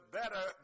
better